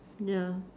ya